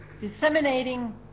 disseminating